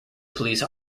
police